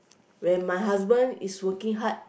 when my husband is working hard